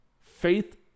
Faith